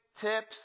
tips